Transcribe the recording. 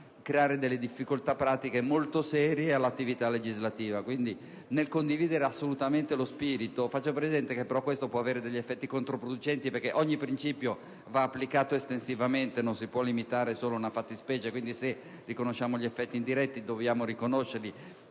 creare difficoltà pratiche molto serie all'attività legislativa. Pertanto, nel condividere assolutamente lo spirito, faccio presente che però questo può avere effetti controproducenti, perché ogni principio va applicato estensivamente e non si può applicare solo ad una fattispecie; quindi se riconosciamo gli effetti indiretti, dobbiamo riconoscerli